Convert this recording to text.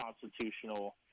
constitutional